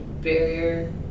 barrier